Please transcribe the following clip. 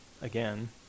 Again